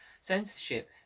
censorship